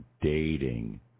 dating –